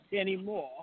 anymore